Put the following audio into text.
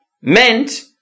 meant